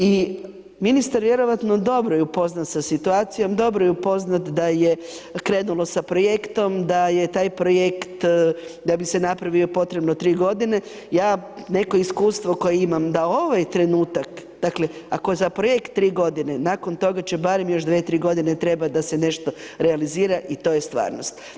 I ministar vjerovatno je dobro upoznat sa situacijom, dobro je upoznat da je krenulo sa projektom, da je taj projekt da bise napravio, potrebno 3 g., ja neko iskustvo koje imam, da ovaj trenutak, dakle ako je za projekt 3 g., nakon toga će barem još 2, 3 g. trebati da se nešto realizira i to je stvarnost.